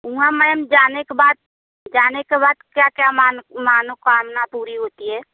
वहाँ मैमे जाने क बाद जाने के बाद क्या क्या मानोकमाना पूरी होती है